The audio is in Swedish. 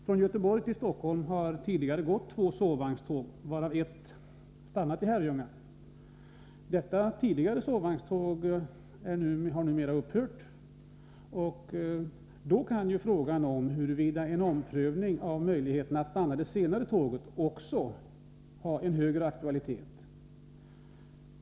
Från Göteborg till Stockholm har det tidigare gått två sovvagnståg, varav ett stannade i Herrljunga. Detta tidigare sovvagnståg har numera upphört att gå, och då kan frågan om en omprövning av möjligheterna att låta det senare tåget stanna ha en högre aktualitet.